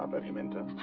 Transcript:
um let him enter!